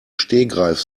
stegreif